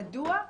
מדוע?